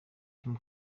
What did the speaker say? kim